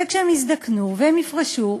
וכשהם יזדקנו והם יפרשו,